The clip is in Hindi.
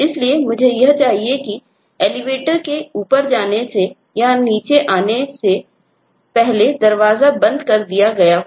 इसलिए मुझे यह चाहिए कि Elevator के ऊपर जाने से या यह नीचे आने से पहले दरवाजा बंद कर दिया गया है